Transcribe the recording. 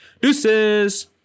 Deuces